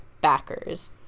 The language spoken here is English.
backers